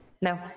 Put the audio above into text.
No